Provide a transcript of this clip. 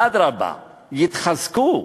אדרבה, יתחזקו,